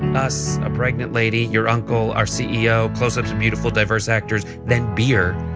us, a pregnant lady, your uncle, our ceo, closeups beautiful, diverse actors, then beer.